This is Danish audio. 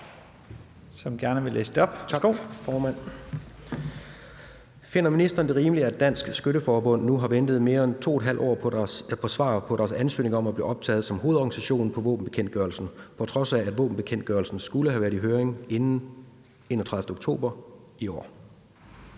Jens Meilvang (LA): Tak, formand. Finder ministeren det rimeligt, at Dansk Sportsskytte Forbund nu har ventet mere end 2½ år på svar på deres ansøgning om at blive optaget som hovedorganisation på våbenbekendtgørelsen, på trods af at våbenbekendtgørelsen skulle have været i høring inden 31. oktober i år?